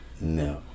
no